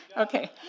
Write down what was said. Okay